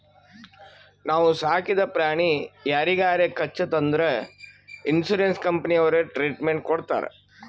ನಾವು ಸಾಕಿದ ಪ್ರಾಣಿ ಯಾರಿಗಾರೆ ಕಚ್ಚುತ್ ಅಂದುರ್ ಇನ್ಸೂರೆನ್ಸ್ ಕಂಪನಿನವ್ರೆ ಟ್ರೀಟ್ಮೆಂಟ್ ಕೊಡ್ತಾರ್